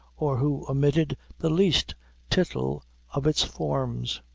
or who omitted the least tittle of its forms.